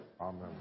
Amen